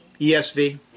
ESV